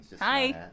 Hi